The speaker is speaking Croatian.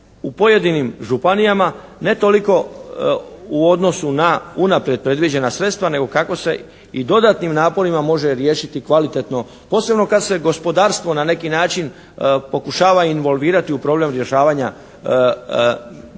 u pojedinim županijama, ne toliko u odnosu na unaprijed predviđena sredstva nego kako se i dodatnim naporima može riješiti kvalitetno, posebno kad se gospodarstvo na neki način pokušava involvirati u problem rješavanja mina